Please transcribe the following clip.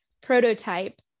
prototype